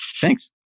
thanks